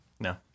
No